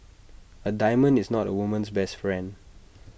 A diamond is not A woman's best friend